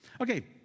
Okay